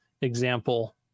example